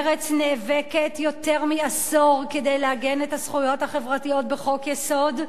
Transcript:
מרצ נאבקת יותר מעשור כדי לעגן את הזכויות החברתיות בחוק-יסוד,